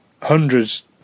hundreds